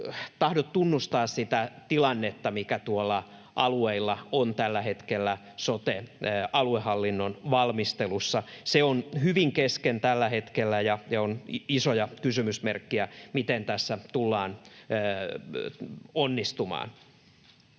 tahdo tunnustaa sitä tilannetta, mikä tuolla alueilla on tällä hetkellä sote-aluehallinnon valmistelussa. Se on hyvin kesken tällä hetkellä, ja on isoja kysymysmerkkejä, miten tässä tullaan onnistumaan.